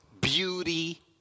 beauty